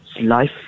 life